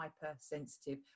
hypersensitive